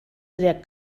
der